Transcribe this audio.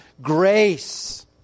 grace